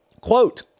Quote